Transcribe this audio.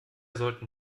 sollten